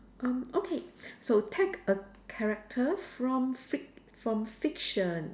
um okay so take a character from fic~ from fiction